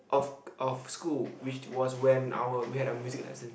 of of school which was when our we had our music lesson